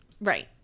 Right